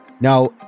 Now